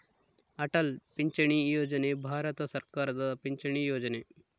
ಅಟಲ್ ಪಿಂಚಣಿ ಯೋಜನೆ ಭಾರತ ಸರ್ಕಾರದ ಪಿಂಚಣಿ ಯೊಜನೆ